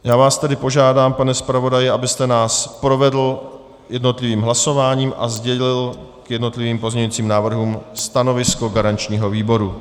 Já vás tedy požádám, pane zpravodaji, abyste nás provedl jednotlivým hlasováním a sdělil k jednotlivým pozměňovacím návrhům stanovisko garančního výboru.